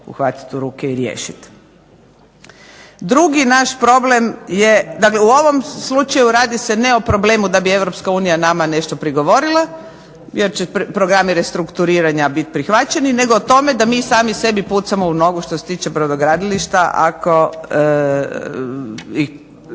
uhvatiti u ruke i riješiti. Drugi naš problem, dakle, u ovom slučaju radi se ne o problemu da bi Europska unija nama nešto prigovorila, jer će programi restrukturiranja biti prihvaćeni nego o tome da mi sami sebi pucamo u nogu što se tiče brodogradilišta ako